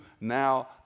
now